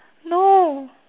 no